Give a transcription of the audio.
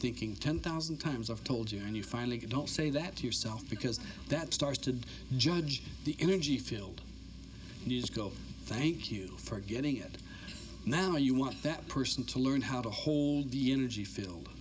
thinking ten thousand times i've told you and you finally get don't say that to yourself because that starts to judge the energy field is go thank you for getting it now you want that person to learn how to hold the energy field